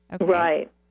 Right